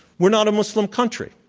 we're not a muslim country.